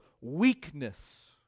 weakness